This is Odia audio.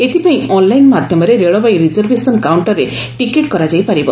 ଏଥିପାଇଁ ଅନ୍ଲାଇନ୍ ମାଧ୍ୟମରେ ରେଳବାଇ ରିଜଭେସନ୍ କାଉଷ୍ଟରରେ ଟିକେଟ୍ କରାଯାଇ ପାରିବ